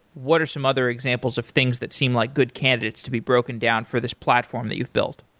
what are some other examples of things that seem like good candidates to be broken down for this platform that you've built?